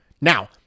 Now